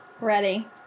Ready